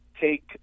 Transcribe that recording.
take